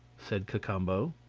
said cacambo.